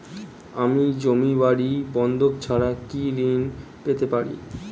আমি জমি বাড়ি বন্ধক ছাড়া কি ঋণ পেতে পারি?